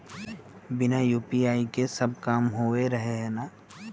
बिना यु.पी.आई के सब काम होबे रहे है ना?